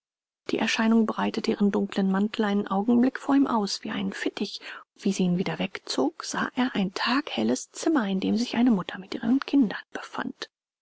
die erscheinung breitete ihren dunklen mantel einen augenblick vor ihm aus wie einen fittich und wie sie ihn wieder wegzog sah er ein taghelles zimmer in dem sich eine mutter mit ihren kindern befand